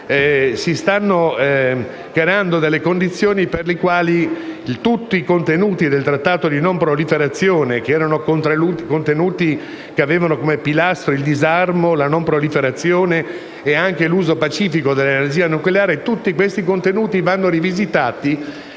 Si stanno creando le condizioni per le quali tutti i contenuti del Trattato di non proliferazione, che avevano come pilastro il disarmo e la non proliferazione ed anche l'uso pacifico dell'energia nucleare, vanno rivisitati